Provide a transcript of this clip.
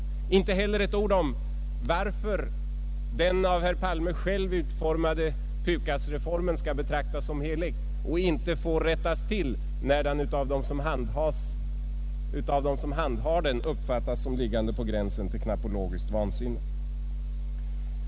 Inte heller ett ord om varför den av herr Palme själv utformade PUKAS-reformen skall betraktas som helig och inte får rättas till, när den av dem som handhar den uppfattas som liggande på ”gränsen till knappologiskt vansinne”.